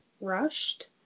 rushed